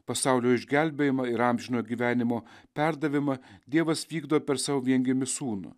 pasaulio išgelbėjimą ir amžino gyvenimo perdavimą dievas vykdo per savo viengimį sūnų